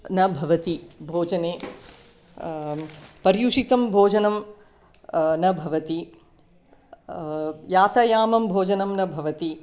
न भवति भोजने पर्युषितं भोजनं न भवति यातायामं भोजनं न भवति